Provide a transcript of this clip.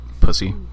pussy